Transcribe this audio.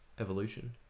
evolution